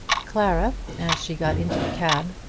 clara, as she got into the cab,